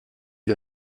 les